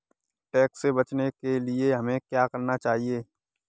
Tax से बचने के लिए हमें क्या करना चाहिए?